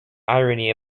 irony